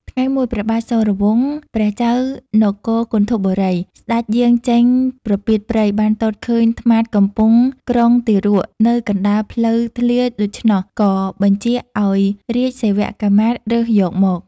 ថ្ងៃមួយ ព្រះបាទសូរវង្ស ព្រះចៅនគរគន្ធពបូរីស្តេចយាងចេញប្រពាតព្រៃបានទតឃើញត្មាតកំពុងក្រុងទារកនៅកណ្តាលផ្លូវធ្លាដូច្នោះ ក៏បញ្ជាឲ្យរាជសេវកាមាត្យរើសយកមក។